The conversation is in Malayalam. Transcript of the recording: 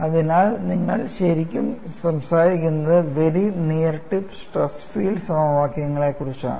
അതിനാൽ നിങ്ങൾ ശരിക്കും സംസാരിക്കുന്നത് very near tip stress field സമവാക്യങ്ങളെക്കുറിച്ചാണ്